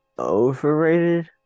overrated